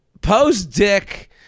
post-dick